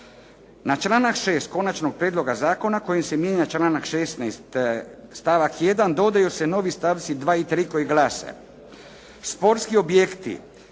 Na članak 6. Konačnog prijedloga zakona kojim se mijenja članak 16. stavak 1. dodaju se novi stavci 2. i 3. koji glase: